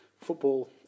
football